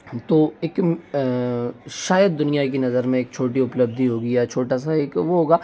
तो एक शायद दुनिया की नज़र में एक छोटी उपलब्धि होगी या छोटा सा एक वो होगा